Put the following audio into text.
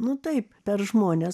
nu taip per žmones